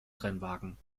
rennwagen